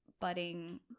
budding